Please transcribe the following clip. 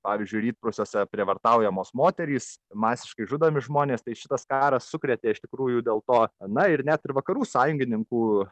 pavyzdžiui rytprūsiuose prievartaujamos moterys masiškai žudomi žmonės tai šitas karas sukrėtė iš tikrųjų dėl to na ir net ir vakarų sąjungininkų